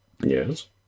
Yes